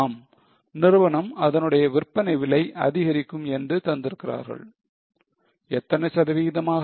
ஆம் நிறுவனம் அதனுடைய விற்பனை விலை அதிகரிக்கும் என்று தந்திருக்கிறார்கள் எத்தனை சதவீதமாக